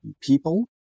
people